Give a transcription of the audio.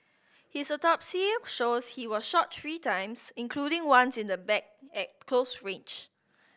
his autopsy shows he was shot three times including once in the back at close range